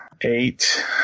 Eight